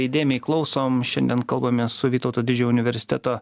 įdėmiai klausom šiandien kalbamės su vytauto didžiojo universiteto